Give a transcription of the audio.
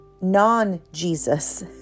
non-Jesus